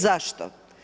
Zašto?